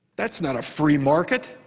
that's not a free market.